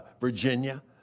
Virginia